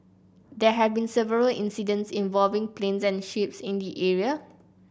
there have been several incidents involving planes and ships in the area